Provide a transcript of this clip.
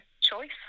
choice